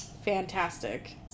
Fantastic